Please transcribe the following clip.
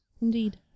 indeed